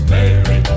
Mary